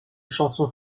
chanson